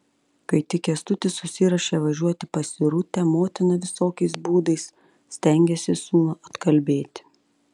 kai tik kęstutis susiruošė važiuoti pas irutę motina visokiais būdais stengėsi sūnų atkalbėti